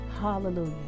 Hallelujah